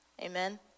amen